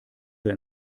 sehr